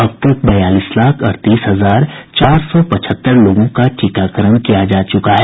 अब तक बयालीस लाख अड़तीस हजार चार सौ पचहत्तर लोगों का टीकाकरण किया जा चुका है